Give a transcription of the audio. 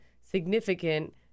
significant